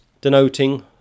denoting